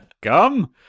Gum